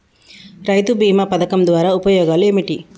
రైతు బీమా పథకం ద్వారా ఉపయోగాలు ఏమిటి?